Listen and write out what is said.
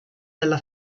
della